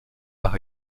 par